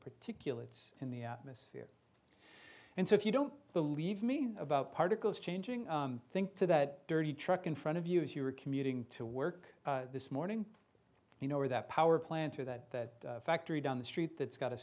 particulate it's in the atmosphere and so if you don't believe me about particles changing think to that dirty truck in front of you if you're commuting to work this morning you know where that power plant or that factory down the street that's got